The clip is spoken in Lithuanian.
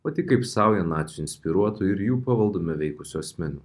o tik kaip saują nacių inspiruotų ir jų pavaldume veikusių asmenų